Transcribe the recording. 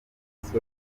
bifite